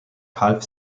half